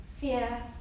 Fear